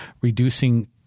reducing